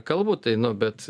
kalbu tai nu bet